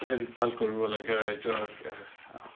হেৰিক ভাল কৰিব লাগে ৰাইজক